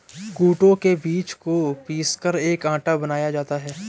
कूटू के बीज को पीसकर एक आटा बनाया जाता है